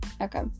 Okay